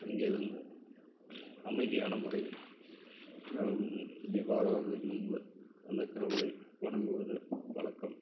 அங்கே வந்து அமைதியான முறையில் தீபாராதனை முன்பு அந்த கடவுளை வணங்குவது வழக்கம்